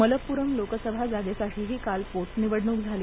मल्लपुरम लोकसभा जागेसाठीही काल पोटनिवडणुक झाली